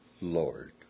Lord